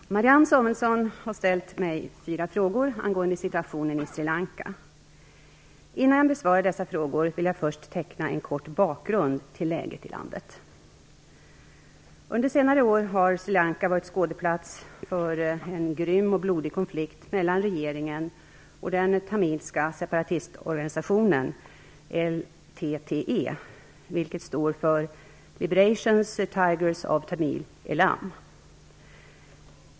Herr talman! Marianne Samuelsson har ställt mig fyra frågor angående situationen i Sri Lanka. Innan jag besvarar dessa frågor vill jag först teckna en kort bakgrund till läget i landet. Under senare år har Sri Lanka varit skådeplats för en grym och blodig konflikt mellan regeringen och den tamilska separatistorganisationen LTTE, vilket står för Liberation Tigers of Tamil Eelam.